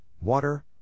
water